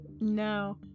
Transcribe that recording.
No